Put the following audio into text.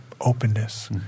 openness